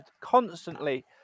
constantly